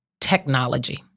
technology